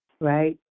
right